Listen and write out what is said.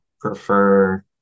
prefer